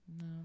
No